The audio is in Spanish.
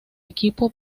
equipo